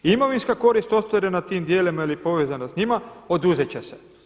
Imovinska korist ostvarena tim djelima ili povezana s njima oduzet će se.